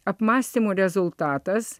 apmąstymų rezultatas